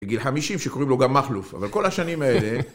בגיל 50 שקוראים לו גם מכלוף, אבל כל השנים האלה..